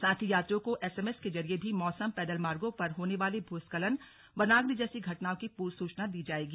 साथ ही यात्रियों को एसएमएस के जरिये भी मौसम पैदल मार्गों पर होने वाले भूस्खलन वनाग्नि जैसी घटनाओं की पूर्व सूचना दी जाएगी